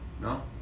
No